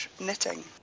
knitting